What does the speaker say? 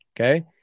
Okay